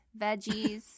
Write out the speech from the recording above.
veggies